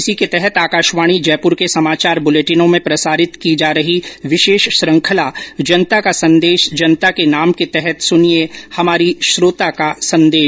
इसी को तहत आकाशवाणी जयपुर के समाचार बुलेटिनों में प्रसारित की जा रही विशेष श्रृंखला जनता का संदेश जनता के नाम के तहत सुनिये हमारी श्रोता को संदेश